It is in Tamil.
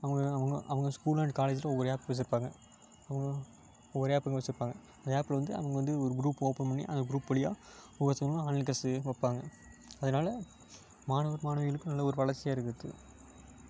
அவங்க அவங்க அவங்க ஸ்கூல் அண்ட் காலேஜ்ல ஒவ்வொரு ஆப் வச்சிருப்பாங்க ஒரு ஆப்ங்க வச்சிருப்பாங்க அந்த ஆப்ல வந்து அவங்க வந்து ஒரு குரூப் ஓபன் பண்ணி அந்த குரூப் வழியாக ஒவ்வொருத்தவங்களுக்கு ஆன்லைன் க்ளாஸ்ஸூ வைப்பாங்க அதனால் மாணவ மாணவிகளுக்கு நல்ல ஒரு வளர்ச்சியாக இருக்குது